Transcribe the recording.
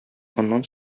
аннан